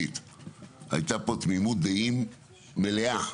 הייתה תמימות דעים מלאה,